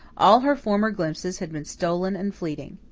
all her former glimpses had been stolen and fleeting.